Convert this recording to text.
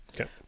Okay